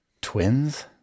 Twins